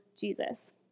Jesus